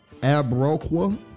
Abroqua